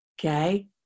Okay